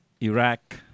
Iraq